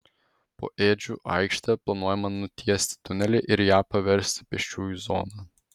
po ėdžių aikšte planuojama nutiesti tunelį ir ją paversti pėsčiųjų zona